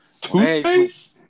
Toothpaste